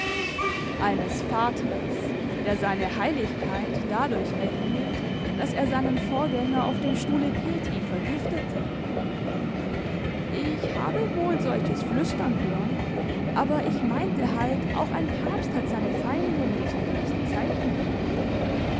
eines vaters der seine heiligkeit dadurch erhielt daß er seinen vorgänger auf dem stuhle petri vergiftete ich habe wohl solches flüstern hören aber ich meinte halt auch ein papst hat seine feinde in diesen bösen zeiten